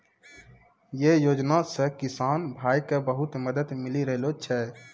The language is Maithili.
यै योजना सॅ किसान भाय क बहुत मदद मिली रहलो छै